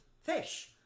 fish